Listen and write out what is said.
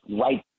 right